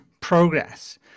progress